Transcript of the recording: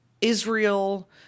Israel